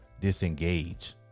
disengage